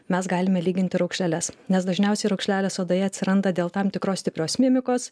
mes galime lyginti raukšleles nes dažniausiai raukšlelės odoje atsiranda dėl tam tikros stiprios mimikos